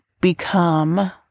become